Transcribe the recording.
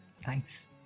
Thanks